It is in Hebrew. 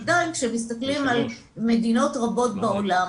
כשאנחנו מסתכלים על מדינות רבות בעולם,